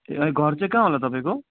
ए घर चाहिँ कहाँ होला तपाईँको